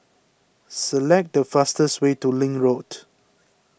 select the fastest way to Link Road